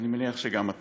אני מניח שגם אתה.